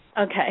Okay